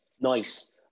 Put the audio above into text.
Nice